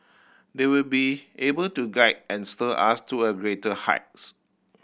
they will be able to guide and steer us to a greater heights